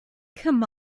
come